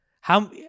How-